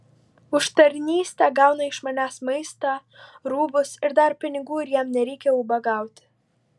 už tarnystę gauna iš manęs maistą rūbus ir dar pinigų ir jam nereikia ubagauti